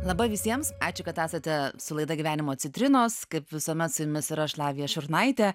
laba visiems ačiū kad esate su laida gyvenimo citrinos kaip visuomet su jumis yra aš lavija šurnaitė